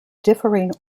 differing